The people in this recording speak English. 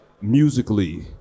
musically